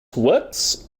works